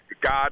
god